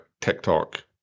tiktok